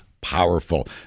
powerful